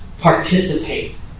participate